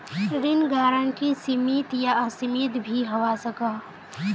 ऋण गारंटी सीमित या असीमित भी होवा सकोह